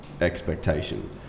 expectation